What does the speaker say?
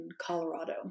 Colorado